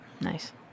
nice